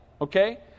Okay